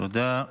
תודה.